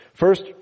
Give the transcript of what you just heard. First